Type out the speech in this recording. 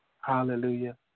Hallelujah